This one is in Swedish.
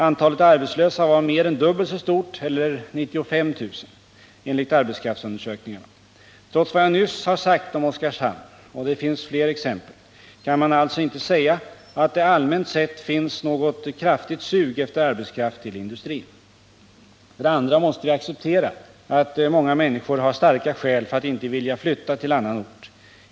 Antalet arbetslösa var mer än dubbelt så stort eller 95 000 enligt arbetskraftsundersökningarna. Trots vad jag nyss har sagt om Oskarshamn — och det finns fler exempel — kan man alltså inte säga att det allmänt sett finns något kraftigt sug efter arbetskraft till industrin. För det andra måste vi acceptera att många människor har starka skäl för att inte flytta till annan ort.